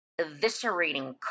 eviscerating